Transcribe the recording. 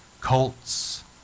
cults